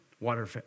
water